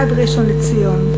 עד ראשון-לציון,